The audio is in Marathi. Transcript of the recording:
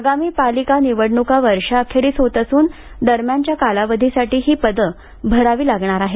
आगामी पालिका निवडणुका वर्षाअखेरीस असुन दरम्यानच्या कालावधीसाठी हे पद भरावे लागणार आहे